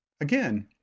Again